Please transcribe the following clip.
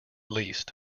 least